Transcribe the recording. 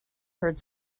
heard